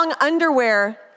underwear